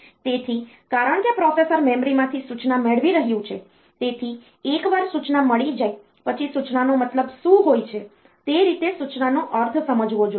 તેથી કારણ કે પ્રોસેસર મેમરીમાંથી સૂચના મેળવી રહ્યું છે તેથી એકવાર સૂચના મળી જાય પછી સૂચનાનો મતલબ શું હોય છે તે રીતે સૂચનાનો અર્થ સમજવો જોઈએ